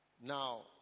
Now